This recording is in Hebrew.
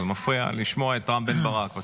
זה מפריע לשמוע את רם בן ברק.